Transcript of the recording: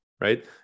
Right